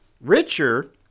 Richer